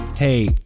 Hey